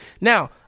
Now